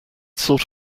sort